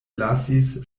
lasis